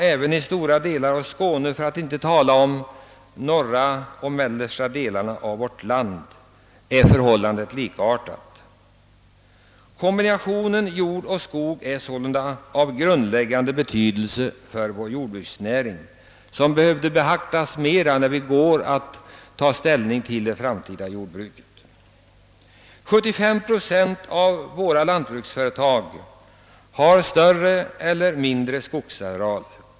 även i stora delar av Skåne för att inte tala om de norra och mellersta delarna av vårt land är förhållandet likartat. Kombinationen jord och skog är sålunda av grundläggande betydelse för vår jordbruksnäring och bör beaktas mer när vi går att ta ställning till det framtida jordbruket. 75 procent av våra lantbruksföretag har större eller mindre skogsarealer.